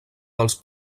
dels